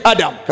Adam